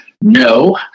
no